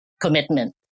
commitment